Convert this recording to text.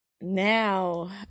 now